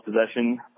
possession